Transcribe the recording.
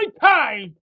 time